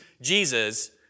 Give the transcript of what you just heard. Jesus